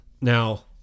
Now